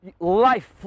life